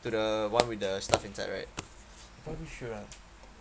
to the one with the stuff inside right probably should ah